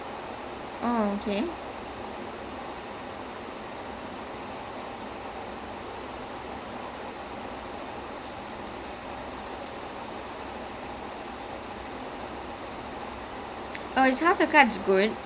then if you want something like with a lot of two sentence னா:naa I can either recommend game of thrones game of thrones err those house of cards in Netflix or there is